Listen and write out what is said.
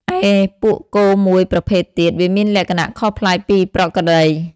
ឯពួកគោមួយប្រភេទទៀត វាមានលក្ខណៈខុសប្លែកពីប្រក្រតី។